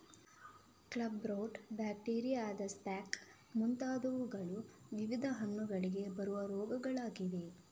club root, ಬ್ಯಾಕ್ಟೀರಿಯಾದ speck ಮುಂತಾದವುಗಳು ವಿವಿಧ ಹಣ್ಣುಗಳಿಗೆ ಬರುವ ರೋಗಗಳಾಗಿವೆ